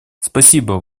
спасибо